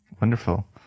wonderful